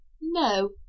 no